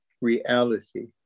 reality